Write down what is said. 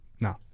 No